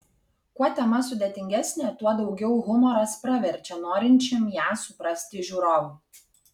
kuo tema sudėtingesnė tuo daugiau humoras praverčia norinčiam ją suprasti žiūrovui